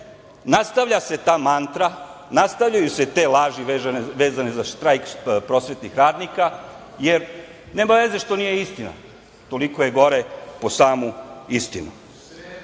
nastavlja se ta mantra, nastavljaju se te laži vezane za štrajk prosvetnih radnika, jer nema veze što nije istina, toliko je gore po samu istinu. Jedna